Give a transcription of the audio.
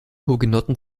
hugenotten